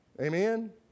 Amen